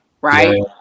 right